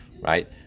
Right